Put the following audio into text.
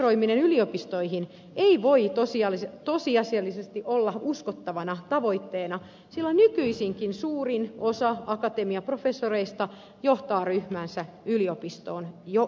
integroiminen yliopistoihin ei voi tosiasiallisesti olla uskottavana tavoitteena sillä nykyisinkin suurin osa akatemiaprofessoreista johtaa ryhmäänsä yliopistoon jo integroituneina